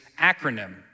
acronym